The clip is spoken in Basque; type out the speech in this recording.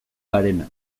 garena